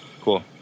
Cool